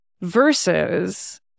versus